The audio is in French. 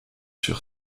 sur